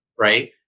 Right